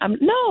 No